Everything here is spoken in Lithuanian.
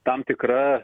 tam tikra